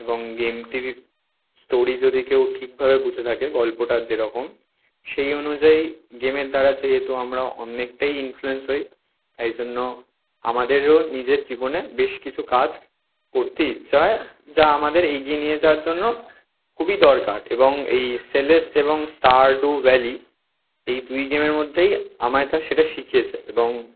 এবং গেমটির স্টোরি যদি কেউ ঠিকভাবে বুঝে থাকে গল্পটা যেরকম সেই অনুযায়ী গেমের দ্বারা যেহেতু আমরা অনেকটাই ইনফ্লুয়েন্স হই এই জন্য আমাদেরও নিজের জীবনে বেশ কিছু কাজ করতে ইচ্ছা হয় যা আমাদের এগিয়ে নিয়ে যাওয়ার জন্য খুবই দরকার এবং এই সেলেস্ট এবং ষ্টারডুউ ভ্যালি এই দুই গেমের মধ্যেই আমায় এটা সেটা শিখিয়েছে এবং